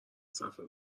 صفحه